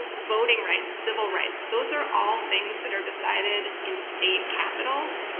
voting rights, civil rights, those are all things that are decided in state capitals,